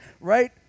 right